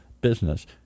business